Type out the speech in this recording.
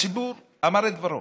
הציבור אמר את דברו,